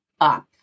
up